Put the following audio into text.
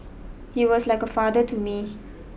he was like a father to me